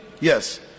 Yes